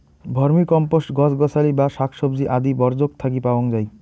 vermicompost গছ গছালি বা শাকসবজি আদি বর্জ্যক থাকি পাওয়াং যাই